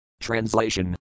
Translation